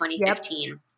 2015